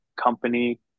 company